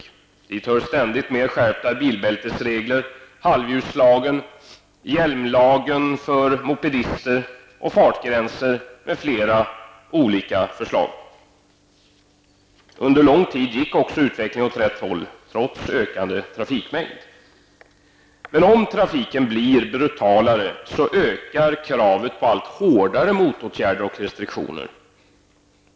I det sammanhanget kan nämnas ständiga skärpningar av bilbältesreglerna, halvljuslagen, hjälmlagen avseende mopedister, fartgränser och olika andra förslag. Under lång tid gick också utvecklingen åt rätt håll, trots en ökande trafik. Men när trafiken blir brutalare ökar kraven på allt hårdare motåtgärder och restriktioner.